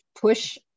push